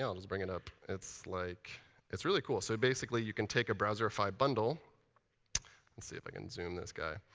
yeah just bring it up. it's like it's really cool. so basically you can take a browserified bundle let's and see if i can zoom this guy